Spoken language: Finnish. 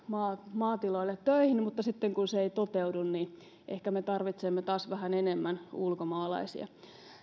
maatiloille töihin mutta sitten kun se ei toteudu niin ehkä me tarvitsemme taas vähän enemmän ulkomaalaisia kuitenkin